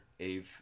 AVE